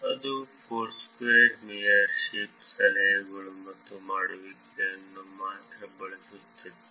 ಅದು Foursquare mayorship ಸಲಹೆಗಳು ಮತ್ತು ಮಾಡುವಿಕೆಯನ್ನು ಮಾತ್ರ ಬಳಸುತ್ತಿತ್ತು